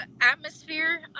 atmosphere